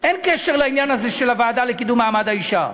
אין קשר לעניין הזה, של הוועדה לקידום מעמד האישה.